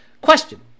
Question